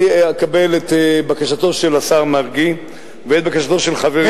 אני אקבל את בקשתו של השר מָרגי ואת בקשתו של חברי,